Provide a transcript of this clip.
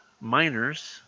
Miners